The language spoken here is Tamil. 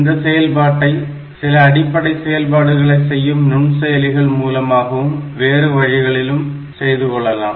இந்த செயல்பாட்டை சில அடிப்படை செயல்பாடுகளை செய்யும் நுண்செயலிகளிகள் மூலமாகவும் வேறு வழிகளில் செய்துக்கொள்ளலாம்